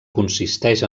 consisteix